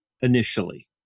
initially